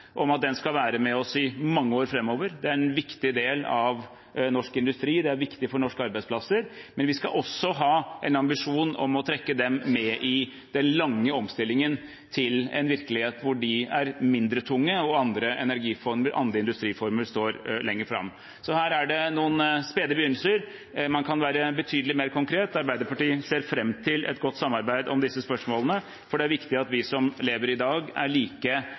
om at den skal være med oss i mange år framover – det er en viktig del av norsk industri, det er viktig for norske arbeidsplasser. Men vi skal også ha en ambisjon om å trekke dem med i den lange omstillingen til en virkelighet hvor de er mindre tunge, og hvor andre energiformer og industriformer står lenger framme. Så her er det noen spede begynnelser. Man kan være betydelig mer konkret. Arbeiderpartiet ser fram til et godt samarbeid om disse spørsmålene, for det er viktig at vi som lever i dag, er like